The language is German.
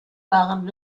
waren